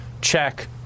check